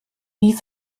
wie